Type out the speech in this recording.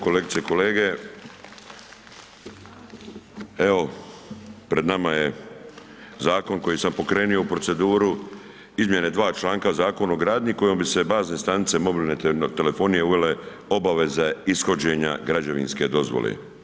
Kolegice i kolege, evo pred nama je zakon koji sam pokrenio u proceduru izmjene dva članka Zakon o gradnji kojom bi se bazne stanice mogle na telefonije uvele obaveze ishođenja građevinske dozvole.